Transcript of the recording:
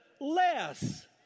less